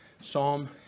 Psalm